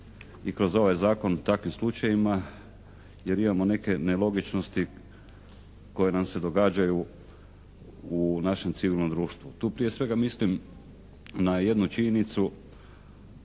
i kroz ovaj zakon takvim slučajevima jer imamo neke nelogičnosti koje nam se događaju u našem civilnom društvu. Tu prije svega mislim na jednu činjenicu